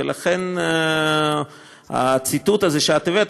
ולכן הציטוט הזה שהבאת,